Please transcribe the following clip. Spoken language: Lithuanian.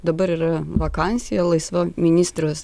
dabar yra vakansija laisvo ministrės